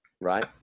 right